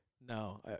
No